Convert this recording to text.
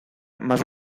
más